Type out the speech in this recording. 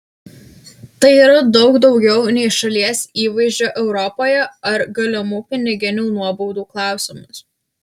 tai yra daug daugiau nei šalies įvaizdžio europoje ar galimų piniginių nuobaudų klausimas